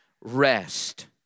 rest